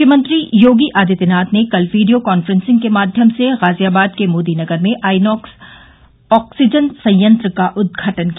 मुख्यमंत्री योगी आदित्यनाथ ने कल वीडियो कॉन्फ्रेंसिंग के माध्यम से गाजियाबाद के मोदी नगर में आईनोक्स ऑक्सीजन संयंत्र का उद्घाटन किया